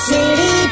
City